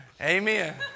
Amen